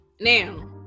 Now